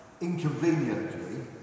inconveniently